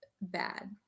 bad